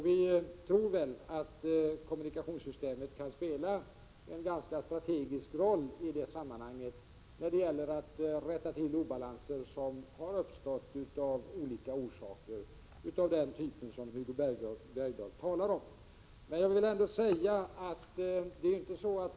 Vi tror att kommunikationssystemen kan ha en strategisk roll i sammanhanget när det gäller att rätta till obalanser som uppstått av orsaker av den typ som Hugo Bergdahl talade om.